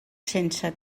sense